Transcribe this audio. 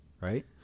right